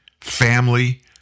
family